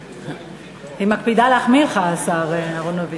היא מקפידה להחמיא לך, השר אהרונוביץ.